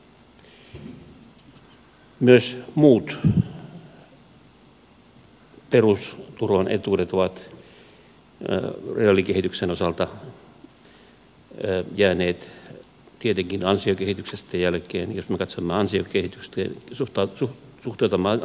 myös muut perusturvan etuudet ovat reaalikehityksen osalta jääneet tietenkin ansiokehityksestä jälkeen katsomaan syy kehitykseen suhtautuu tätä maata